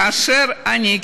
כאשר אני,